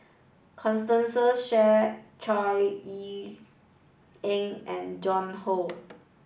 Constance Shear Chor Yeok Eng and Joan Hon